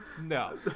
No